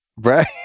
right